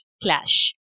Clash